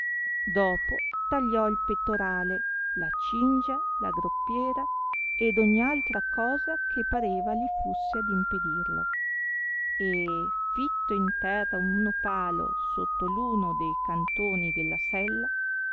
dopo tagliò il pettorale la cingia la groppiera ed ogn'altra cosa che pareva li fusse ad impedirlo e fìtto in terra uno palo sotto l uno de cantoni della sella